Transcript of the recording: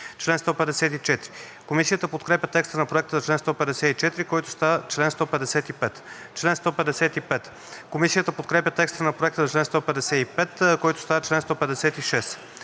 Комисията подкрепя текста на Проекта за чл. 154, който става чл. 155. Комисията подкрепя текста на Проекта за чл. 155, който става чл. 156.